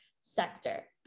sector